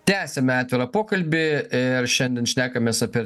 tęsiame atvirą pokalbį ir šiandien šnekamės apie